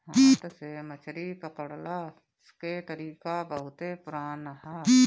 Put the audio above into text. हाथ से मछरी पकड़ला के तरीका बहुते पुरान ह